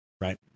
right